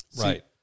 Right